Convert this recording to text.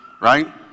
right